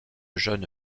jeune